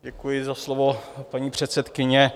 Děkuji za slovo, paní předsedkyně.